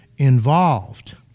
Involved